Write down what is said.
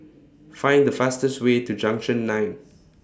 Find The fastest Way to Junction nine